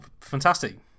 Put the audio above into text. fantastic